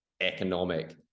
economic